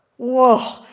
whoa